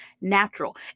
natural